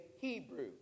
Hebrew